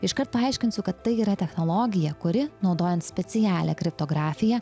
iškart paaiškinsiu kad tai yra technologija kuri naudojant specialią kriptografiją